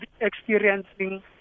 experiencing